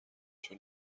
چون